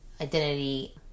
identity